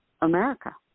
America